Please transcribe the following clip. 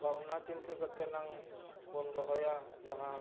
ᱵᱷᱟᱵᱽᱱᱟ ᱪᱤᱱᱛᱟᱹ ᱠᱟᱛᱮ ᱱᱟᱝ ᱵᱚᱱ ᱫᱚᱦᱚᱭᱟ ᱡᱟᱦᱟᱸ